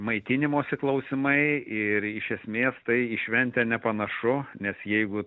maitinimosi klausimai ir iš esmės tai į šventę nepanašu nes jeigu